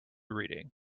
reading